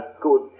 good